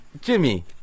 Jimmy